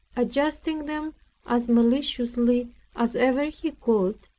adjusting them as maliciously as ever he could,